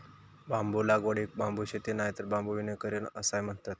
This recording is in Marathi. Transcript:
बांबू लागवडीक बांबू शेती नायतर बांबू वनीकरण असाय म्हणतत